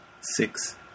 six